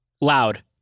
Loud